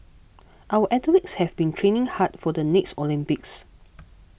our athletes have been training hard for the next Olympics